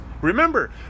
Remember